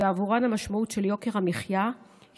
ועבורן המשמעות של יוקר המחיה היא